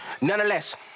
nonetheless